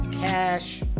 cash